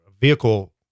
vehicle